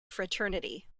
fraternity